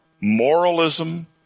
moralism